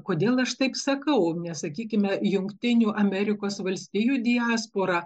kodėl aš taip sakau nes sakykime jungtinių amerikos valstijų diaspora